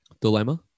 Dilemma